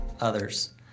others